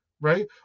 right